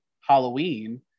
Halloween